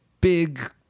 big